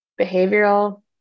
behavioral